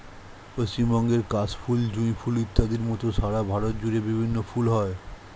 পশ্চিমবঙ্গের কাশ ফুল, জুঁই ফুল ইত্যাদির মত সারা ভারত জুড়ে বিভিন্ন ফুল হয়